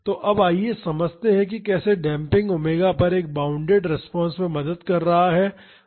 तो अब आइए समझते हैं कि कैसे डेम्पिंग ओमेगा पर एक बॉउंडेड रिस्पांस में मदद कर रहा है जो ओमेगा एन के बराबर है